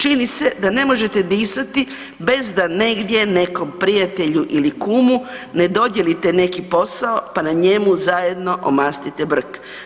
Čini se da ne možete disati bez da negdje nekom prijatelju ili kumu ne dodijelite neki posao pa na njemu zajedno omastite brk.